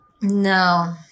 No